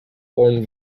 formed